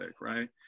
right